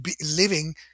living